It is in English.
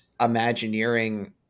Imagineering